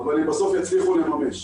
אבל הם בסוף יצליחו לממש.